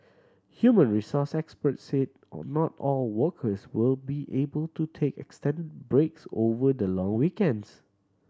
human resources experts say all not all workers will be able to take extend breaks over the long weekends